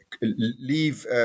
leave